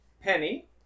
Penny